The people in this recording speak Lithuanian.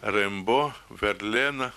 rembo verleną